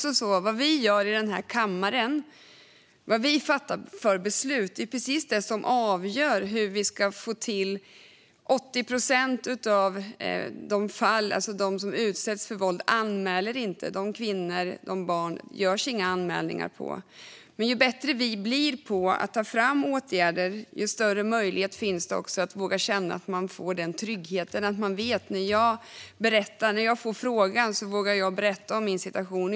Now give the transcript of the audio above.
80 procent av de kvinnor och barn som utsätts för våld görs det inga anmälningar om. Men ju bättre vi blir på att ta fram åtgärder, desto större är möjligheten att våga känna att jag får tryggheten att veta att när jag får frågan vågar jag berätta om min situation.